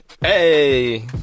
Hey